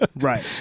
right